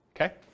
okay